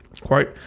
quote